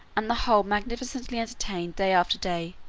and the whole magnificently entertained day after day,